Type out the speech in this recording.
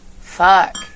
Fuck